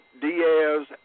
Diaz